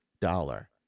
dollar